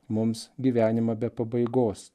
mums gyvenimą be pabaigos